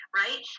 right